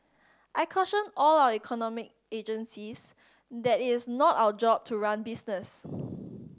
I caution all our economic agencies that it's not our job to run business